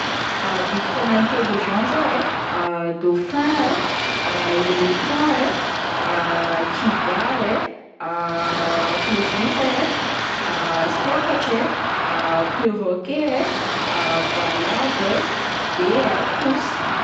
Biby tegna intelligent zao e: dauphin e, elephant e, kivà e, horita e, sôkatra e, perroquet e, valavo e, de ao posy.